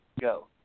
Go